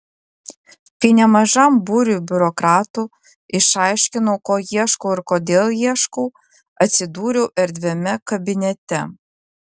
kai nemažam būriui biurokratų išaiškinau ko ieškau ir kodėl ieškau atsidūriau erdviame kabinete